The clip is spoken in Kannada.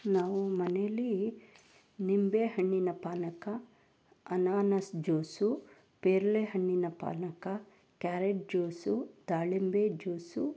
ನಾವು ಮನೆಯಲ್ಲಿ ನಿಂಬೆ ಹಣ್ಣಿನ ಪಾನಕ ಅನಾನಸ್ ಜ್ಯೂಸು ಪೇರಲೆ ಹಣ್ಣಿನ ಪಾನಕ ಕ್ಯಾರೆಟ್ ಜ್ಯೂಸು ದಾಳಿಂಬೆ ಜ್ಯೂಸು